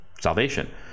salvation